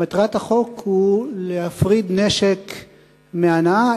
מטרת החוק היא להפריד נשק מהנאה,